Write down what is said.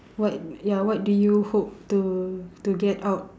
what ya what do you hope to to get out